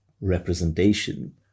representation